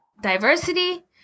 diversity